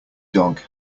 dog